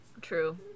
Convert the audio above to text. True